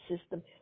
system